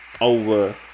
over